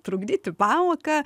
trukdyti pamoką